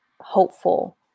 hopeful